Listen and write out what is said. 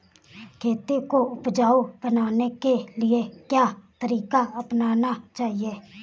खेती को उपजाऊ बनाने के लिए क्या तरीका अपनाना चाहिए?